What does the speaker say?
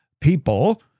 people